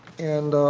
and